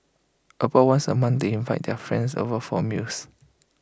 about once A month they invite their friends over for meals